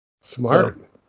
Smart